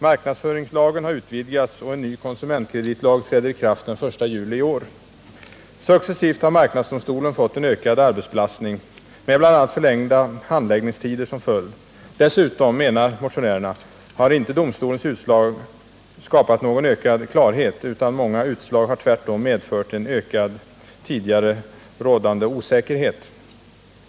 Marknadsföringslagen har utvidgats och en ny konsumentkreditlag träder i kraft den 1 juli i år. Successivt har marknadsdomstolen fått en ökad arbetsbelastning, med bl.a. förlängda handläggningstider som följd. Dessutom, menar motionärerna, har inte domstolens utslag skapat någon ökad klarhet, utan många utslag har tvärtom ökat den tidigare rådande osäkerheten.